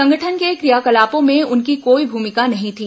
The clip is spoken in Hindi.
संगठन के क्रियाकलापों में उनकी कोई भूमिका नहीं थी